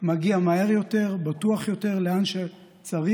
מגיע מהר יותר, בטוח יותר, לאן שצריך,